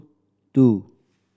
two